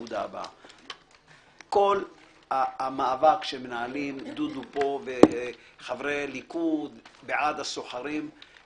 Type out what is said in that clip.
כל המאבק שמנהלים דודו פה וחברי ליכוד בעד הסוחרים,